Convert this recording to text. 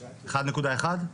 1.1?